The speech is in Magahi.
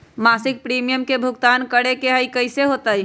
मासिक प्रीमियम के भुगतान करे के हई कैसे होतई?